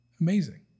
Amazing